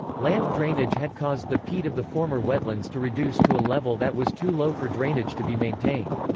land drainage had caused the peat of the former wetlands to reduce to a level that was too low for drainage to be maintained.